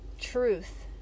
truth